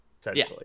essentially